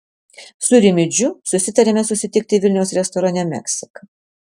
su rimydžiu susitariame susitikti vilniaus restorane meksika